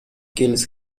kills